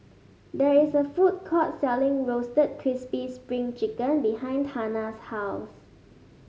there is a food court selling Roasted Crispy Spring Chicken behind Tana's house